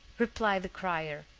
replied the crier,